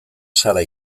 sara